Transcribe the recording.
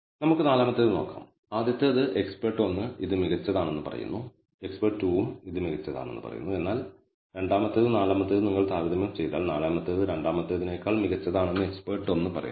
നമുക്ക് നാലാമത്തേത് നോക്കാം ആദ്യത്തേത് എക്സ്പെർട്ട് 1 ഇത് മികച്ചതാണെന്ന് പറയുന്നു വിദഗ്ദ്ധൻ 2 ഉം ഇത് മികച്ചതാണെന്ന് പറയുന്നു എന്നാൽ രണ്ടാമത്തേതും നാലാമത്തേതും നിങ്ങൾ താരതമ്യം ചെയ്താൽ നാലാമത്തേത് രണ്ടാമത്തേതിനേക്കാൾ മികച്ചതാണെന്ന് എക്സ്പെർട്ട് 1 പറയുന്നു